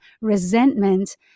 resentment